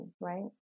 right